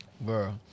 Bro